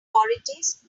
authorities